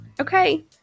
Okay